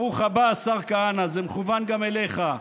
ברוך הבא, השר כהנא, זה מכוון גם אליך.